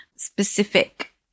specific